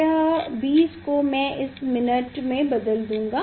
यह 20 को मैं इसे मिनट में बदल दूंगा